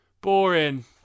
boring